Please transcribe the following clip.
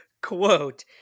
quote